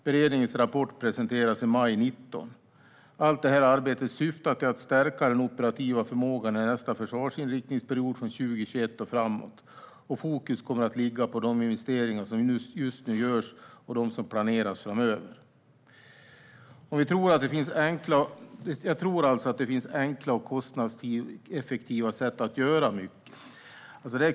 Beredningens rapport presenteras i maj 2019. Allt detta arbete syftar till att stärka den operativa förmågan under nästa försvarsinriktningsperiod från 2021 och framåt. Fokus kommer att ligga på de investeringar som just nu görs och de som planeras framöver. Jag tror alltså att det finns enkla och kostnadseffektiva sätt att göra mycket.